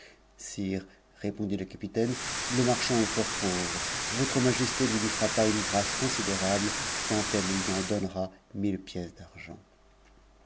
sire répondit le capitaine le fort pauvre votre majesté ne lui fera pas une grâce consi quimd elle lui en donnera mille pièces d'argent